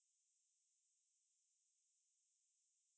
ah yeah I mean track is definitely the most fun C_C_A